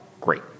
great